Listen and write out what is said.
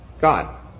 God